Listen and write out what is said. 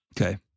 Okay